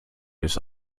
ist